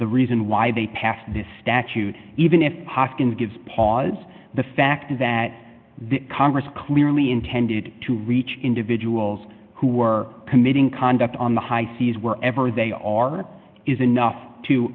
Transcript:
the reason why they passed the statute even if hoskins gives pause the fact that the congress clearly intended to reach individuals who were committing conduct on the high seas were ever they are is enough to